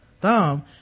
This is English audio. thumb